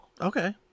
Okay